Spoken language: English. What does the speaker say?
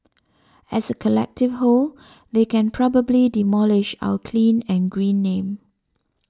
as a collective whole they can probably demolish our clean and green name